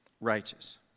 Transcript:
righteous